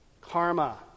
karma